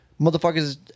motherfuckers